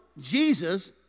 Jesus